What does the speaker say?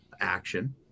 action